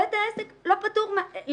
בית העסק לא אחראי.